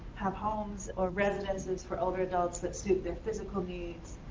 have homes or residences for older adults that suit their physical needs,